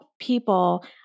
people